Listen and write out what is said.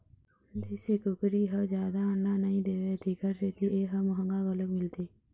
देशी कुकरी ह जादा अंडा नइ देवय तेखर सेती ए ह मंहगी घलोक मिलथे